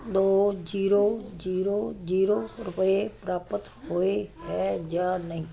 ਦੋ zero zero zero ਰੁਪਏ ਪ੍ਰਾਪਤ ਹੋਏ ਹੈ ਜਾਂ ਨਹੀਂ